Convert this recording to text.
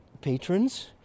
patrons